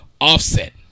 Offset